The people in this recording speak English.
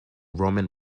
roman